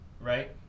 right